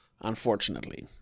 Unfortunately